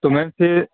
تو میم پھر